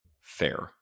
fair